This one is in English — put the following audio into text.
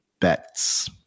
Bets